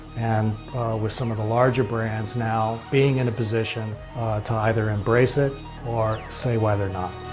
and with some of the larger brands now, being in a position to either embrace it or say why they are not.